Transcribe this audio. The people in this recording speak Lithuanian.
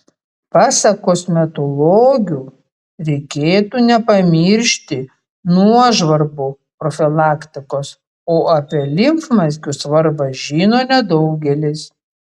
pasak kosmetologių reikėtų nepamiršti nuožvarbų profilaktikos o apie limfmazgių svarbą žino nedaugelis